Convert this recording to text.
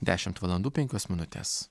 dešimt valandų penkios minutės